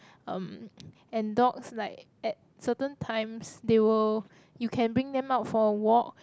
um and dogs like at certain times they will you can bring them out for a walk